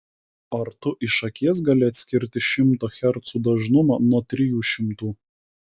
ar tu iš akies gali atskirti šimto hercų dažnumą nuo trijų šimtų